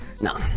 No